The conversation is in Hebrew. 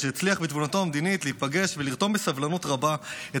שהצליח בתבונתו המדינית להיפגש ולרתום בסבלנות רבה את